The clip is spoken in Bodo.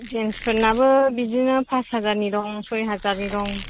जेन्सफोरनाबो बिदिनो पास हाजारनि दं सय हाजारनि दं